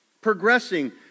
progressing